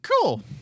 cool